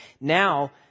Now